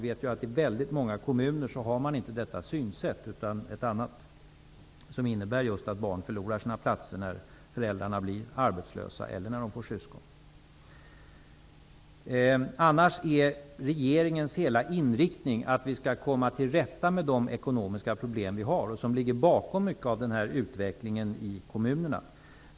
I väldigt många kommuner har man ju ett annat synsätt. Barnen i de kommunerna förlorar sina dagisplatser när föräldrarna blir arbetslösa eller när barnen får syskon. Annars är det regeringens inriktning totalt sett att vi skall komma till rätta med de ekonomiska problem som vi har och som ligger bakom mycket i fråga om den här utvecklingen i kommunerna.